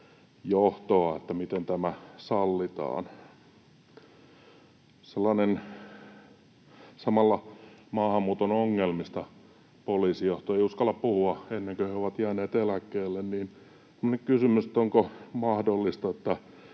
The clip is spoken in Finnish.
johtoa, että miten tämä sallitaan. Samalla maahanmuuton ongelmista poliisijohto ei uskalla puhua ennen kuin he ovat jääneet eläkkeelle. Niinpä